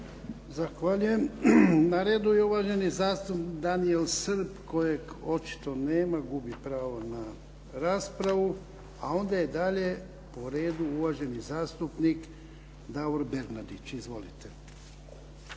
Zahvaljujem. Na redu je uvažani zastupnik Danijel Srb kojeg očito nema. Gubi pravo na raspravu. A onda je dalje po redu uvaženi zastupnik Davor Bernardić. Izvolite.